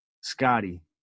Scotty